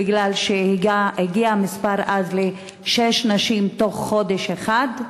מפני שהמספר הגיע אז לשש נשים בתוך חודש אחד,